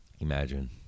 imagine